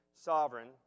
sovereign